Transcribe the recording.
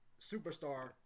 superstar